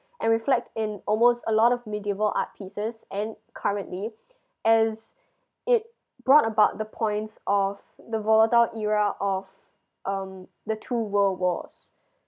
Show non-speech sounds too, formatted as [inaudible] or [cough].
and reflect in almost a lot of medieval art pieces and currently [breath] as it brought about the points of the volatile era of um the two world wars